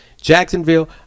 Jacksonville